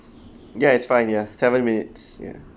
ya it's fine ya seven minutes ya